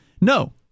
no